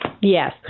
Yes